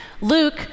Luke